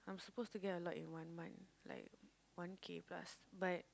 I'm supposed to get like in one month like one K plus but